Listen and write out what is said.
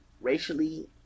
racially